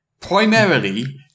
Primarily